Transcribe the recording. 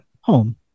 Home